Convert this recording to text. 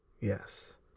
Yes